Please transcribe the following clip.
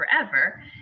forever